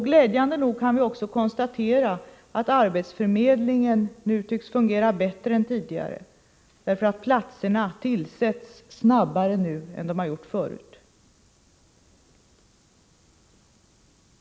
Glädjande nog kan vi också konstatera att arbetsförmedlingen nu tycks fungera bättre än tidigare, platserna tillsätts snabbare nu än förut.